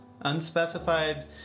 unspecified